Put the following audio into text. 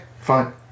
fine